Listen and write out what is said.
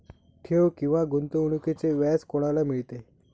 ठेव किंवा गुंतवणूकीचे व्याज कोणाला मिळते?